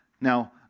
Now